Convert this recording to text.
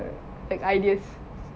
like ideas